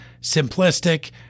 simplistic